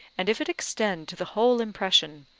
and if it extend to the whole impression,